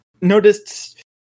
noticed